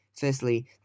Firstly